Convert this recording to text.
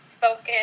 focus